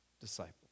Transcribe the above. disciples